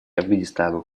афганистану